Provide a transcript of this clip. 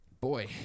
Boy